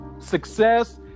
Success